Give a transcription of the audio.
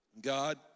God